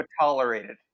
tolerated